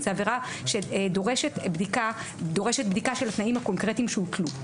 זו עבירה שדורשת בדיקה של התנאים הקונקרטיים שהוטלו.